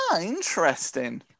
interesting